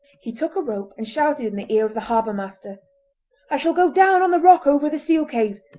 he took a rope, and shouted in the ear of the harbour-master i shall go down on the rock over the seal cave.